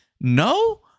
No